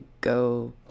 go